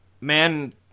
man